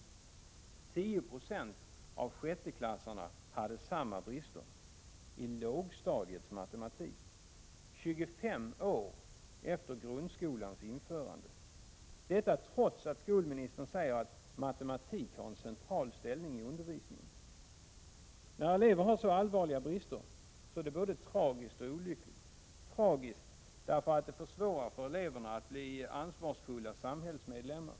10 96 av sjätteklassarna hade samma brister — i lågstadiets matematik! — nu 25 år efter grundskolans införande, trots att skolministern säger att matematik har en central ställning i undervisningen. När elever har så allvarliga brister är det både tragiskt och olyckligt. Det är tragiskt därför att det försvårar för eleverna att bli ansvarsfulla samhällsmedlemmar.